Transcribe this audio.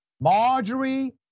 Marjorie